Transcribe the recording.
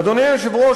אדוני היושב-ראש,